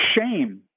shame